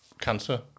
cancer